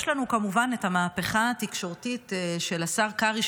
יש לנו כמובן את המהפכה התקשורתית של השר קרעי,